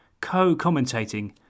co-commentating